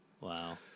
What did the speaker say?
Wow